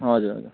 हजुर